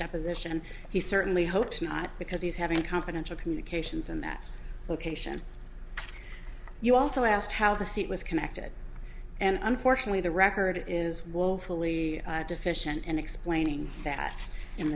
deposition and he certainly hopes not because he's having confidential communications in that location you also asked how the seat was connected and unfortunately the record is woefully deficient in explaining that in